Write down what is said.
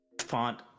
font